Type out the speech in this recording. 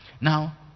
now